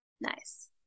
nice